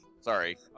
Sorry